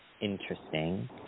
interesting